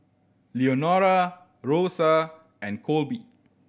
Leonora Rosa and Colby